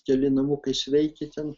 keli namukai sveiki ten